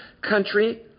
country